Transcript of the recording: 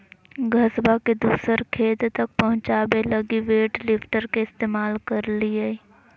घसबा के दूसर खेत तक पहुंचाबे लगी वेट लिफ्टर के इस्तेमाल करलियै